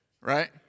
Right